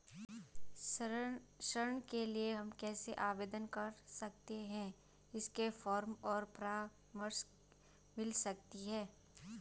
ऋण के लिए हम कैसे आवेदन कर सकते हैं इसके फॉर्म और परामर्श मिल सकती है?